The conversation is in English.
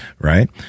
right